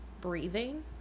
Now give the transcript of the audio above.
breathing